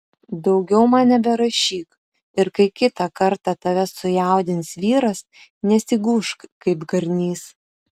daugiau man neberašyk ir kai kitą kartą tave sujaudins vyras nesigūžk kaip garnys